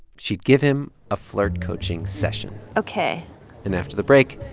she'd give him a flirt coaching session ok and after the break,